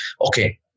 okay